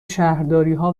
شهرداریها